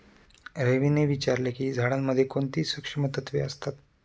रवीने विचारले की झाडांमध्ये कोणती सूक्ष्म तत्वे असतात?